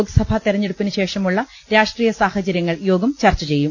ലോക്സഭാ തെർഞ്ഞെടുപ്പിന് ശേഷമുള്ള രാഷ്ട്രീയസാഹചര്യങ്ങൾ യോഗം ചർച്ച ചെയ്യും